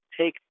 take